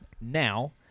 now